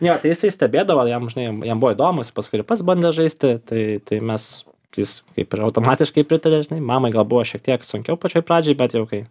jo tai jisai stebėdavo jam žinai jam jam buvo įdomu jisai paskui ir pats bandė žaisti tai tai mes jis kaip ir automatiškai pritarė žinai mamai gal buvo šiek tiek sunkiau pačioj pradžioj bet jau kai